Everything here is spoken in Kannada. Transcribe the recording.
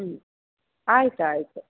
ಹ್ಞೂ ಆಯ್ತು ಆಯಿತು